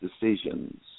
decisions